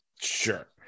Sure